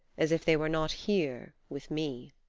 as if they were not here with me.